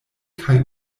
kaj